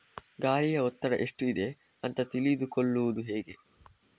ಗಾಳಿಯ ಒತ್ತಡ ಎಷ್ಟು ಇದೆ ಅಂತ ತಿಳಿದುಕೊಳ್ಳುವುದು ಹೇಗೆ?